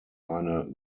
eine